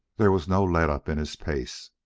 there was no let up in his pace.